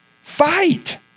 Fight